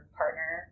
partner